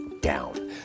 down